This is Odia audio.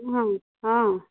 ହଁ ହଁ